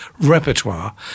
repertoire